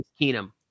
Keenum